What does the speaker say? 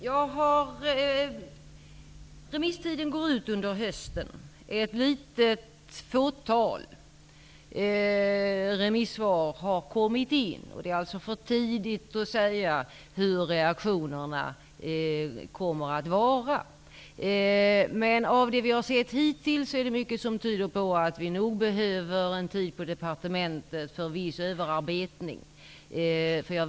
Fru talman! Remisstiden går ut under hösten. Ett fåtal remissvar har kommit in, och det är för tidigt att säga vilka reaktionerna är. Av det vi har sett hittills tyder mycket på att vi på departementet behöver tid på oss för viss överarbetning.